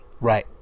right